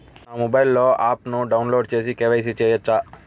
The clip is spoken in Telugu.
నా మొబైల్లో ఆప్ను డౌన్లోడ్ చేసి కే.వై.సి చేయచ్చా?